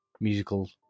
musical